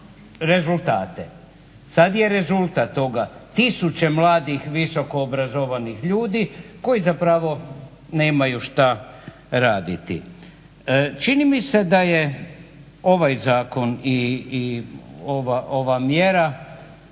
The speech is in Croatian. rezultate, sad je rezultat toga tisuće mladih visokoobrazovanih ljudi koji zapravo nemaju šta raditi. Čini mi se da je ovaj zakon i ova mjera